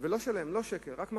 לא שלם, לא שקל, רק מחצית,